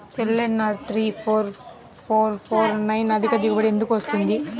LNR three four four four nine అధిక దిగుబడి ఎందుకు వస్తుంది?